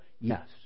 Yes